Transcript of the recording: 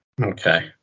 Okay